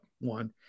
One